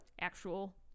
Actual